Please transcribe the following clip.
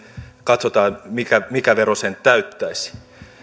katsotaan mikä mikä vero sen täyttäisi